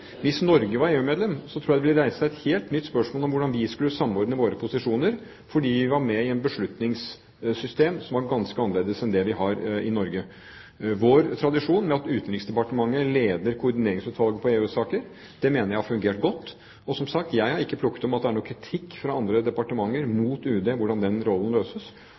Hvis Norge var EU-medlem, tror jeg det ville reise seg et helt nytt spørsmål om hvordan vi skulle samordne våre posisjoner, fordi vi var med i et beslutningssystem som er ganske annerledes enn det vi har i Norge. Vår tradisjon med at Utenriksdepartementet leder koordineringsutvalget for EU-saker, mener jeg har fungert godt. Som sagt, jeg har ikke plukket opp at det er noen kritikk fra andre departementer mot UD om hvordan den rollen løses.